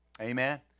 Amen